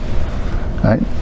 Right